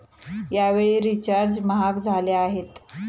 यावेळी रिचार्ज महाग झाले आहेत